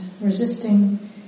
resisting